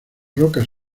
rocas